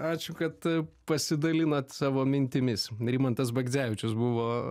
ačiū kad pasidalinot savo mintimis rimantas bagdzevičius buvo